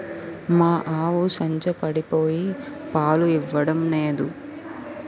మా ఆవు సంచపడిపోయి పాలు ఇవ్వడం నేదు